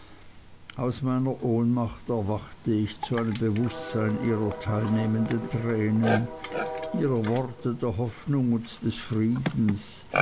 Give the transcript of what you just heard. aus meiner ohnmacht erwachte ich zu einem bewußtsein ihrer teilnehmenden tränen ihrer worte der hoffnung und des friedens